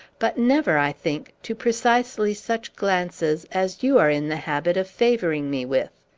but never, i think, to precisely such glances as you are in the habit of favoring me with.